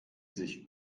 sich